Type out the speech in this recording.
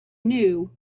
knew